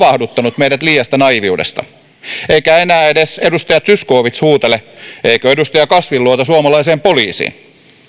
havahduttanut meidät liiasta naiiviudesta eikä enää edes edustaja zyskowicz huutele eikö edustaja kasvi luota suomalaiseen poliisiin